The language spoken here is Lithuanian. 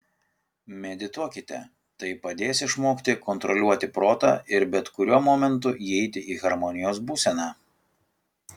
medituokite tai padės išmokti kontroliuoti protą ir bet kuriuo momentu įeiti į harmonijos būseną